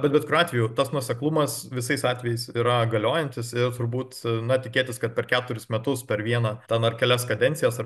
bet bet kuriuo atveju tas nuoseklumas visais atvejais yra galiojantis ir turbūt na tikėtis kad per keturis metus per vieną ten ar kelias kadencijas ar